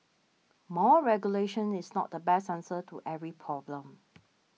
more regulation is not the best answer to every problem